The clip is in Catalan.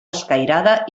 escairada